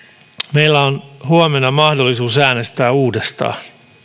meillä on huomenna mahdollisuus äänestää uudestaan